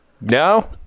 No